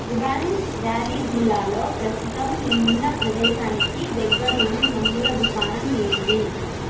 Dibang valley జిల్లాలో ప్రస్తుతం నేనున్న ప్రదేశానికి దగ్గరలోని మందుల దుకాణం ఏది